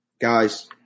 Guys